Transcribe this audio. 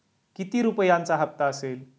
किती रुपयांचा हप्ता असेल?